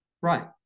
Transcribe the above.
Right